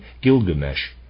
Gilgamesh